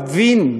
להבין,